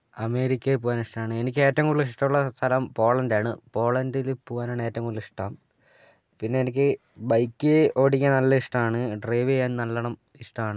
അമേരിക്കയിൽ പോകാനിഷ്ടമാണ് എനിക്കേറ്റവും കൂടുതൽ ഇഷ്ടമുള്ള സ്ഥലം പോളണ്ടാണ് പോളണ്ടിൽ പോകാനാണ് ഏറ്റവും കൂടുതലിഷ്ടം പിന്നെനിക്ക് ബൈക്ക് ഓടിക്കാൻ നല്ല ഇഷ്ടാണ് ഡ്രൈവ് ചെയ്യാൻ നല്ലോണം ഇഷ്ടമാണ്